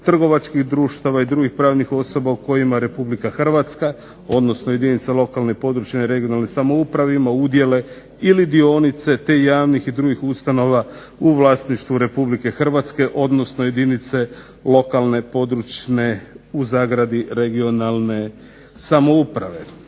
trgovačkih društava i drugih pravnih osoba o kojima Republika Hrvatska odnosno jedinica lokalne i područne (regionalne) samouprave ima udjele ili dionice, te javnih i drugih ustanova u vlasništvu Republike Hrvatske odnosno jedinice lokalne područne u zagradi regionalne samouprave.